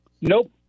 Nope